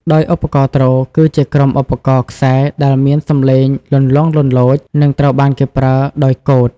ដោយឧបករណ៍ ទ្រ គឺជាក្រុមឧបករណ៍ខ្សែដែលមានសំឡេងលន្លង់លន្លោច និងត្រូវបានគេប្រើដោយកូត។